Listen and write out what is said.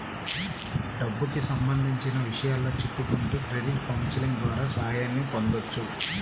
డబ్బుకి సంబంధించిన విషయాల్లో చిక్కుకుంటే క్రెడిట్ కౌన్సిలింగ్ ద్వారా సాయాన్ని పొందొచ్చు